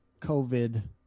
COVID